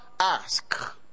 Ask